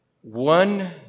One